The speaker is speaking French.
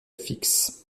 fixe